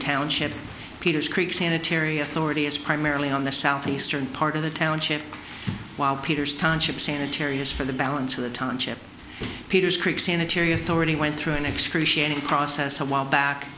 township peters creek sanitary authority is primarily on the southeastern part of the township while peters township sanitariums for the balance of the township peters creek sanitary authority went through an excruciating process a while back